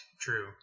true